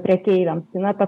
prekeiviams tai na ta